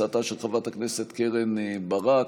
הצעתה של חברת הכנסת קרן ברק,